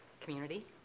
community